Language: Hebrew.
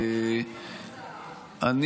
כל